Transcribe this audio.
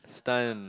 stun